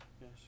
Yes